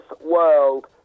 world